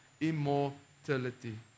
immortality